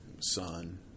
son